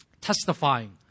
Testifying